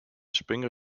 springer